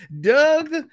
Doug